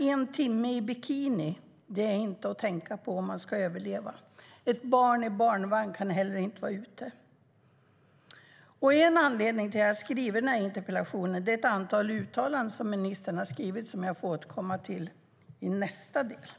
En timme i bikini är inte att tänka på om man ska överleva. Ett barn i barnvagn kan inte vara ute. En anledning till att jag har ställt interpellationen är ett antal uttalanden som ministern har gjort. Jag återkommer till dem i nästa inlägg.